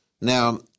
Now